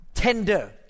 tender